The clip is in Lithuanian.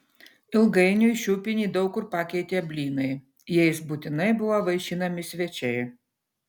ilgainiui šiupinį daug kur pakeitė blynai jais būtinai buvo vaišinami svečiai